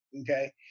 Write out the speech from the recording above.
okay